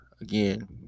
again